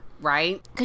Right